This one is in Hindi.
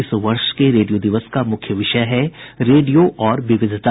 इस वर्ष के रेडियो दिवस का मुख्य विषय है रेडियो और विविधता